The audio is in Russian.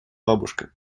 бабушка